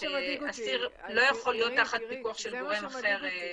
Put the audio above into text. אסיר לא יכול להיות תחת פיקוח של גורם אחר.